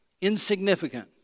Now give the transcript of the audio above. insignificant